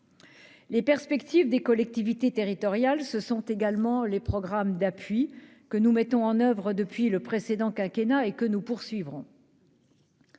les perspectives des collectivités territoriales se trouvent également les programmes d'appui que nous mettons en oeuvre depuis le précédent quinquennat. Nous poursuivrons